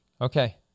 Okay